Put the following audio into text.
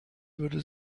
würde